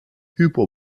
hypo